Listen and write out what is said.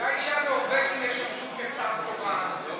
אולי שהנורבגים ישמשו כשר תורן?